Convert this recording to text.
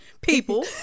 people